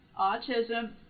autism